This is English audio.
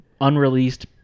unreleased